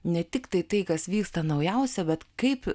ne tiktai tai kas vyksta naujausia bet kaip